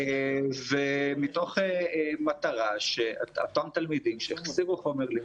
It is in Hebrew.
ומתוך מטרה שאותם תלמידים שהחסירו חומר לימודי,